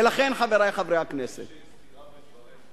ולכן, חברי חברי הכנסת, יש סתירה בין דבריך.